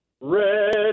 Red